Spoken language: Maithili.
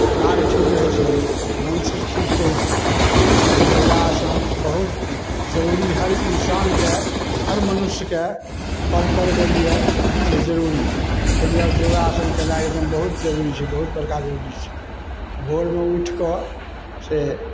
दिमाग ठीक रहै छै मन से ठीक रहै छै ई योगासन बहुत जरुरी हर इन्सानके हर मनुष्यके पल पलके लिए छै जरुरी ताहि दुआरे योगासन केनाइ एकदम बहुत जरुरी छै बहुत बड़का जरुरी छै भोरमे उठि कऽ से